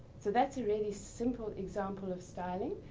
so that's a really simple example of styling.